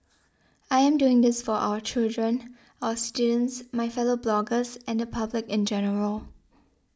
I am doing this for our children our students my fellow bloggers and the public in general